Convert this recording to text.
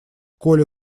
коля